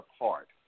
apart